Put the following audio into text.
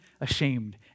ashamed